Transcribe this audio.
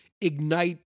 ignite